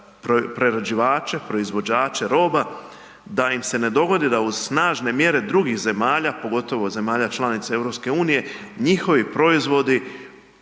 prerađivače, proizvođače roba da im se ne dogodi da uz snažne mjere drugih zemalja, pogotovo zemalja članica EU, njihovi proizvodi